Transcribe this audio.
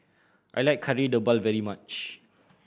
I like Kari Debal very much